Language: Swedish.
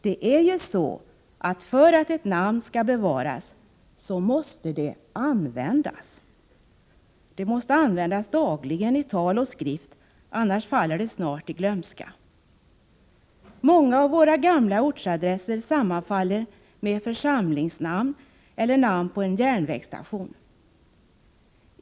Det är ju så, att för att ett namn skall bevaras måste det användas dagligen i tal och skrift — annars faller det snart i glömska. Många av våra gamla ortsadresser sammanfaller med församlingsnamn eller namn på en järnvägsstation.